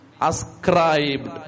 ascribed